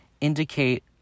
indicate